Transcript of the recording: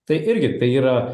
tai irgi tai yra